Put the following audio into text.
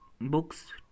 Books